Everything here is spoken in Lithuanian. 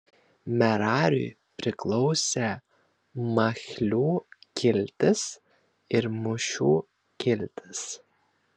merariui priklausė machlių kiltis ir mušių kiltis